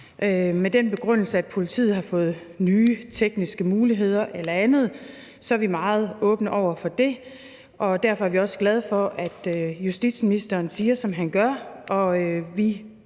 med den begrundelse, at politiet har fået nye tekniske muligheder eller andet, så er vi meget åbne over for det. Og derfor er vi også glade for, at justitsministeren siger det, han siger, og vi